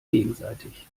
gegenseitig